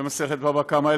במסכת בבא קמא,